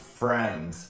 friends